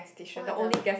what the